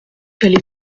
quelle